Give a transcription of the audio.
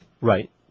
Right